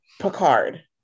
picard